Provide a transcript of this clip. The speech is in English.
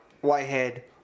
Whitehead